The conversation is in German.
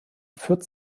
führt